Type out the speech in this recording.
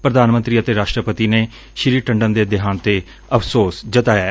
ਪ੍ਰਧਾਨ ਮੰਤਰੀ ਅਤੇ ਰਾਸਟਰਪਤੀ ੱਨੇ ਸ੍ਰੀ ਟੰਡਨ ਦੇ ਦੇਹਾਂਤ ਤੇ ਅਫਸੋਸ ਜਤਾਇਐ